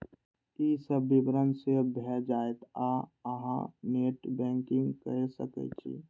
ई सब विवरण सेव भए जायत आ अहां नेट बैंकिंग कैर सकै छी